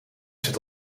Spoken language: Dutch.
zit